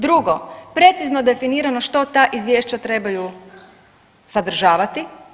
Drugo, precizno definirano što ta izvješća trebaju sadržavati.